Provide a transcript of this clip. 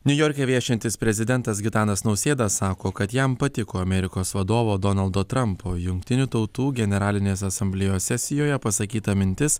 niujorke viešintis prezidentas gitanas nausėda sako kad jam patiko amerikos vadovo donaldo trampo jungtinių tautų generalinės asamblėjos sesijoje pasakyta mintis